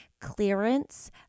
clearance